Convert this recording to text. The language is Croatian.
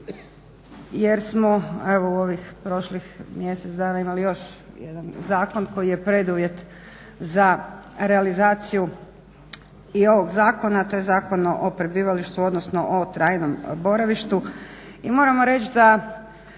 jer smo evo u ovih prošlih mjesec dana imali još jedan zakon koji je preduvjet za realizaciju i ovog zakona, to je Zakon o prebivalištu, odnosno o trajnom boravištu.